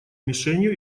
мишенью